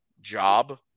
job